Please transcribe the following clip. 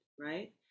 right